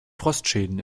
frostschäden